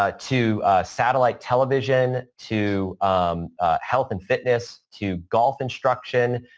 ah to satellite television, to health and fitness, to golf instruction,